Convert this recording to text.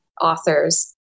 authors